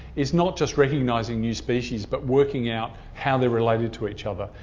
is not just recognising new species, but working out how they're related to each other,